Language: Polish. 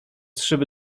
szyby